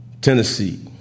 Tennessee